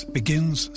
begins